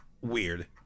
Weird